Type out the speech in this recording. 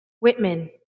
Whitman